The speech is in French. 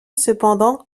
cependant